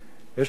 יש לי חשש